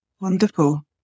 Wonderful